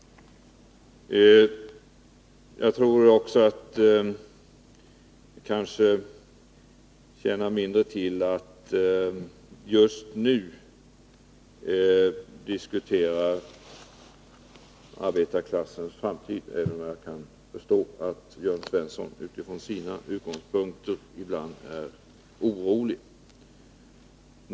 Jagtror också att det tjänar mindre till att just nu diskutera arbetarklassens framtid, även om jag kan förstå att Jörn Svensson utifrån sina utgångspunkter ibland är orolig.